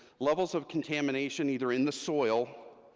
levels of contamination either in the soil,